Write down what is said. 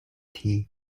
tea